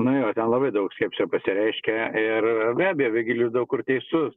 na jo ten labai daug skepsio pasireiškia ir be abejo vigilijus daug kur teisus